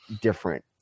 different